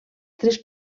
tres